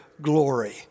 glory